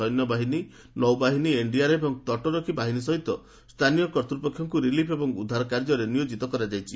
ସୈନ୍ୟବାହିନୀ ନୌବାହିନୀ ଏନ୍ଡିଆର୍ଏଫ୍ ଏବଂ ତଟରକ୍ଷୀ ବାହିନୀ ସହିତ ସ୍ଥାନୀୟ କର୍ତ୍ତୃପକ୍ଷଙ୍କୁ ରିଲିଫ୍ ଓ ଉଦ୍ଧାର କାର୍ଯ୍ୟରେ ନିୟୋଜିତ କରାଯାଇଛି